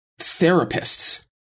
therapists